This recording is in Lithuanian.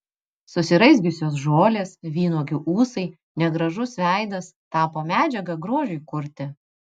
susiraizgiusios žolės vynuogių ūsai negražus veidas tapo medžiaga grožiui kurti